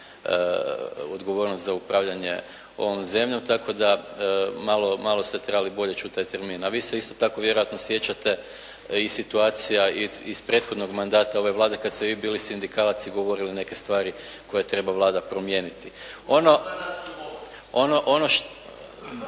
odgovornost za upravljanje ovom zemljom, tako da malo ste trebali bolje čuti taj termin. A vi se isto tako vjerojatno sjećate i situacija iz prethodnog mandata ove Vlade kada ste vi bili sindikalac i govorili neke stvari koje treba Vlada promijeniti.